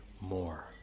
more